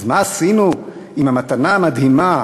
אז מה עשינו עם המתנה המדהימה,